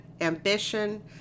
ambition